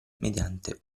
mediante